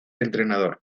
entrenador